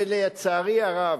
ולצערי הרב,